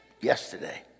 yesterday